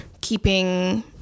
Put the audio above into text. keeping